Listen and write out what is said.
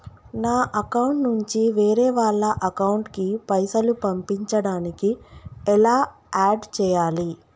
నా అకౌంట్ నుంచి వేరే వాళ్ల అకౌంట్ కి పైసలు పంపించడానికి ఎలా ఆడ్ చేయాలి?